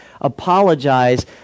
apologize